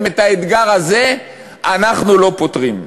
אם את האתגר הזה אנחנו לא פותרים.